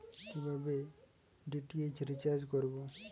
কিভাবে DTH recharge করব?